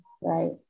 Right